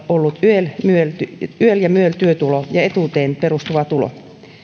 ollut yel yel ja myel työtulo ja etuuteen perustuva tulo